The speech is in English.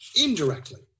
indirectly